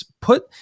put